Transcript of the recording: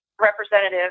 representative